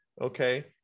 Okay